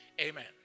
Amen